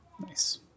Nice